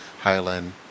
Highland